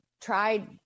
tried